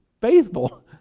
faithful